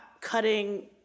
cutting